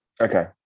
Okay